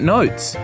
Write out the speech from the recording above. Notes